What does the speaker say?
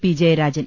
P Jayarajan